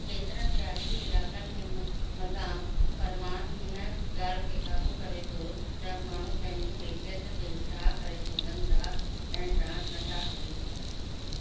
केतरनि रिहाइशी इलाक़नि में म मक़ामु फ़रमानु हिन गा॒ल्हि खे क़ाबू करे थो त माण्हू पंहिंजी मिलिकियतु ते छा करे सघनि था ऐं छा नथा करे सघनि